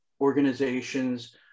organizations